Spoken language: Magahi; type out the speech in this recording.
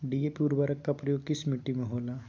डी.ए.पी उर्वरक का प्रयोग किस मिट्टी में होला?